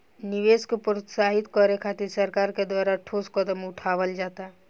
निवेश के प्रोत्साहित करे खातिर सरकार के द्वारा ठोस कदम उठावल जाता